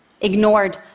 ignored